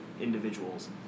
individuals